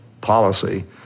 policy